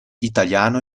italiano